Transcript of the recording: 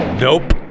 Nope